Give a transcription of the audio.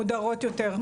מודרות יותר,